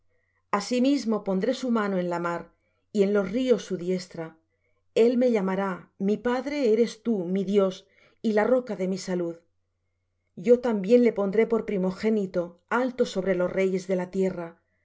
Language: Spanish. asimismo pondré su mano en la mar y en los ríos su diestra el me llamará mi padre eres tú mi dios y la roca de mi salud yo también le pondré por primogénito alto sobre los reyes de la tierra